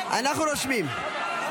אנחנו רושמים.